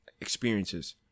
experiences